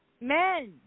Men